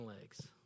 legs